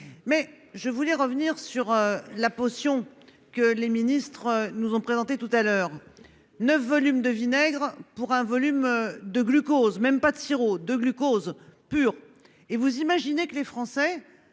Mais je voulais revenir sur la potion que les ministres nous ont présenté tout à l'heure 9 volumes de vinaigre pour un volume de glucose même pas de sirop de glucose pur et vous imaginez que les Français